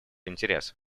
интересов